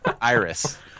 Iris